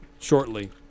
shortly